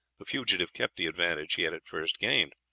the fugitive kept the advantage he had at first gained.